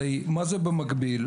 הרי מה זה במקביל?